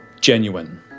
genuine